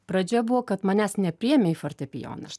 pradžia buvo kad manęs nepriėmė į fortepijoną